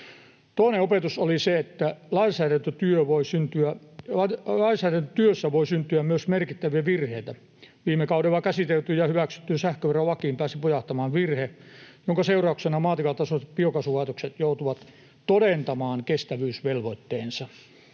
Toinen opetus oli se, että lainsäädäntötyössä voi syntyä myös merkittäviä virheitä. Viime kaudella käsiteltyyn ja hyväksyttyyn sähköverolakiin pääsi pujahtamaan virhe, jonka seurauksena maatilatasoiset biokaasulaitokset joutuvat todentamaan kestävyysvelvoitteensa,